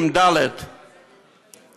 הדיור, עם דל"ת, דיור.